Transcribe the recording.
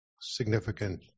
significant